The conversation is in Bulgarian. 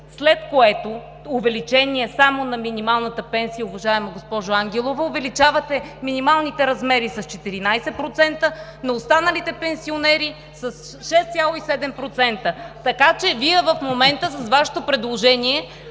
след което увеличение само на минималната пенсия, уважаема госпожо Ангелова, увеличавате минималните размери с 14%, на останалите пенсионери с 6,7%? Така че в момента с Вашето предложение